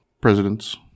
Presidents